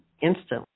instantly